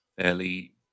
fairly